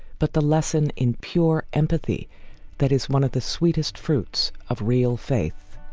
but the lesson in pure empathy that is one of the sweetest fruits of real faith